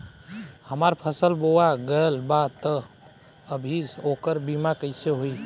हमार फसल बोवा गएल बा तब अभी से ओकर बीमा कइसे होई?